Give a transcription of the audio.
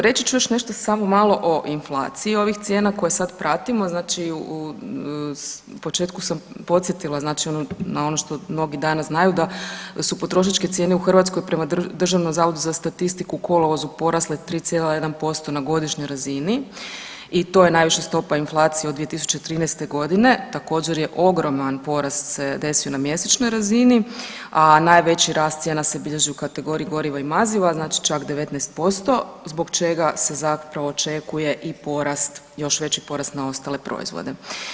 Reći ću još nešto samo malo o inflaciji ovih cijena koje sad pratimo, znači u početku sam podsjetila znači na ono što mnogi danas znaju da su potrošačke cijene u Hrvatskoj prema Državnom zavodu za statistiku u kolovozu porasle 3,1% na godišnjoj razini i to je najviša stopa inflacije od 2013.g., također je ogroman porast se desio na mjesečnoj razini, a najveći rast cijena se bilježi u kategoriji goriva i maziva, znači čak 19% zbog čega se zapravo očekuje i porast, još veći porast na ostale proizvode.